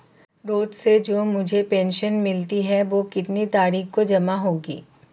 रोज़ से जो मुझे पेंशन मिलती है वह कितनी तारीख को जमा होगी?